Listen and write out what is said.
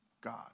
God